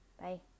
Bye